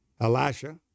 Elisha